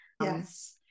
yes